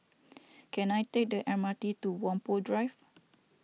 can I take the M R T to Whampoa Drive